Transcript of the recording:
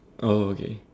oh oh okay